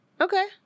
okay